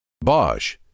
Bosch